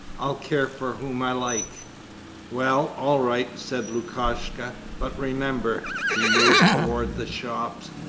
i'll care for whom i like well, all right. said lukashka, but remember he moved towards the shop.